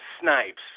Snipes